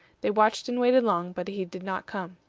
they watched and waited long, but he did not come.